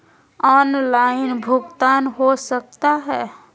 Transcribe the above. Online भुगतान हो सकता है?